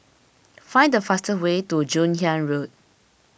find the fastest way to Joon Hiang Road